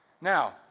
Now